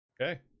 Okay